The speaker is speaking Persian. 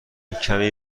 کمی